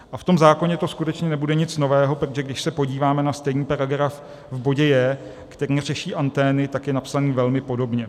A v tom zákoně to skutečně nebude nic nového, protože když se podíváme na stejný paragraf v bodě j), který řeší antény, tak je napsaný velmi podobně.